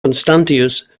constantius